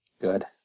Good